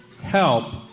help